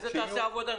הצבעה אושרה.